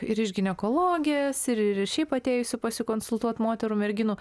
ir iš ginekologijos ir ir šiaip atėjusių pasikonsultuot moterų merginų